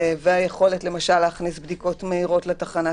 והיכולת להכניס בדיקות מהירות לתחנת